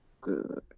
Good